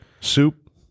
soup